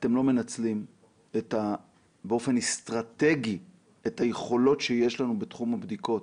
אתם לא מנצלים באופן אסטרטגי את היכולות שיש לנו בתחום הבדיקות.